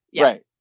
Right